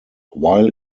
while